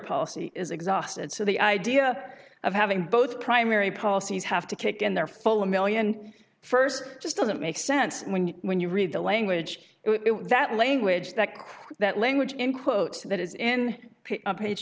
policy is exhausted so the idea of having both primary policies have to kick in their full million first just doesn't make sense when you when you read the language it was that language that cross that language in quotes that is in page